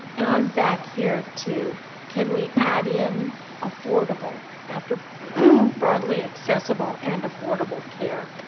and i'm back here to can we add in affordable after broadly accessible and affordable care?